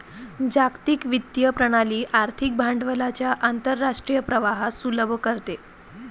जागतिक वित्तीय प्रणाली आर्थिक भांडवलाच्या आंतरराष्ट्रीय प्रवाहास सुलभ करते